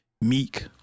Meek